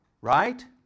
Right